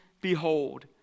behold